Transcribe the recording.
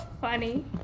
funny